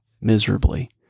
miserably